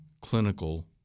clinical